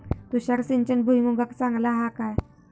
तुषार सिंचन भुईमुगाक चांगला हा काय?